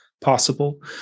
possible